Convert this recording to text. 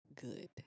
good